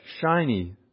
shiny